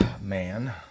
man